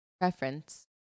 preference